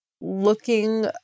looking